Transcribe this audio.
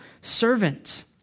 servant